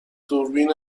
دوربین